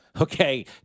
Okay